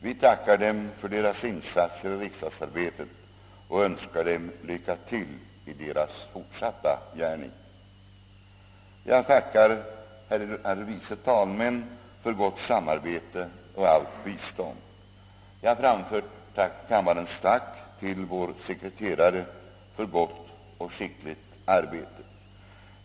Vi tackar dem för deras insatser i riksdagsarbetet och önskar dem lycka till i deras fortsatta gärning. Jag tackar herrar vice talmän för gott samarbete och allt bistånd. Jag framför kammarens tack till vår sekreterare för gott och skickligt arbete.